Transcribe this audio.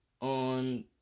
on